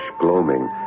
gloaming